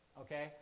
Okay